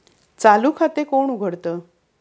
चालू खाते कोण उघडतं?